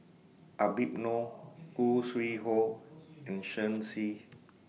Habib Noh Khoo Sui Hoe and Shen Xi